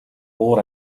уур